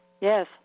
Yes